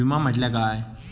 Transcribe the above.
विमा म्हटल्या काय?